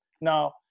Now